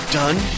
done